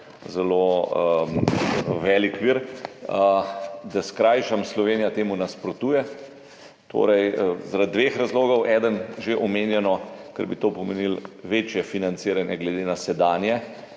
zelo velik vir. Da skrajšam. Slovenija temu nasprotuje zaradi dveh razlogov. Eden, kot že omenjeno, je ta, ker bi to pomenilo večje financiranje glede na sedanje,